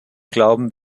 glauben